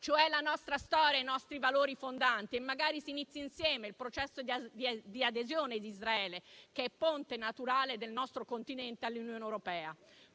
cioè la nostra storia, i nostri valori fondanti e magari si inizi insieme il processo di adesione ad Israele, ponte naturale del nostro continente all'Unione Europea.